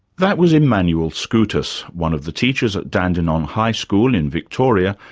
that was emmanuel scoutas, one of the teachers at dandenong high school in victoria,